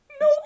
No